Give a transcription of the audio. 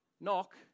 Knock